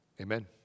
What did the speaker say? Amen